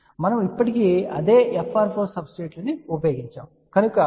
కాబట్టి మనము ఇప్పటికీ అదే FR4 సబ్స్ట్రేట్లను ఉపయోగించారు కనుక ఇది అదే